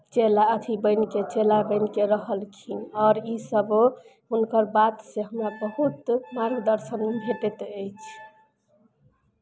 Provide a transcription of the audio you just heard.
चेला अथी बनि कऽ चेला बनि कऽ रहलखिन आओर इसभ हुनकर बातसँ हमरा बहुत मार्गदर्शन भेटैत अछि